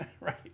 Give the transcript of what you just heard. right